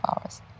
hours